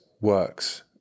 works